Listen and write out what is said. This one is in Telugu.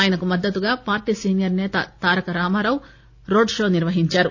ఆయనకు మద్దతుగా పార్టీ సీనియర్ సేత తారక రామారావు రోడ్డు షో నిర్వహించారు